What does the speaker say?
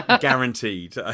Guaranteed